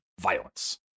violence